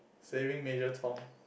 Saving Major Tom